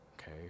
okay